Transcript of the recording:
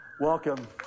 welcome